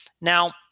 Now